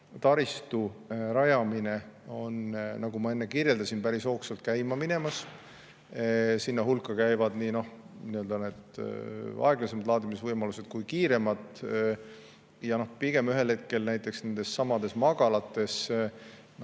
taristu rajamine on, nagu ma enne kirjeldasin, päris hoogsalt käima minemas. Sinna hulka käivad nii aeglasemad laadimisvõimalused kui ka kiiremad. Ja pigem ühel hetkel näiteks nendessamades magalates